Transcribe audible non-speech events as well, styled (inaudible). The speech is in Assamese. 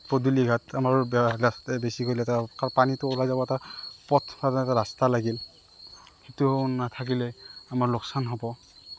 (unintelligible) বেছিকৈ লেতেৰা হ'ব কাৰণ পানীটো ওলাই যাবলৈ এটা পথ বা এটা ৰাস্তা লাগিল সেইটো নাথাকিলে আমাৰ লোকচান হ'ব